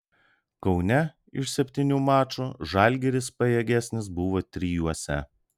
kaune iš septynių mačų žalgiris pajėgesnis buvo trijuose